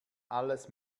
alles